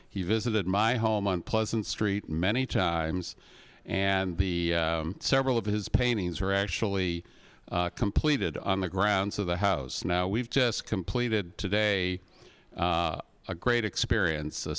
he visited my home on pleasant street many times and the several of his paintings are actually completed on the grounds of the house now we've just completed today a great experience a